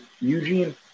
Eugene